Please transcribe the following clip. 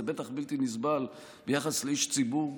זה בטח בלתי נסבל ביחס לאיש ציבור,